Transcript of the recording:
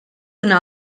una